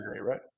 right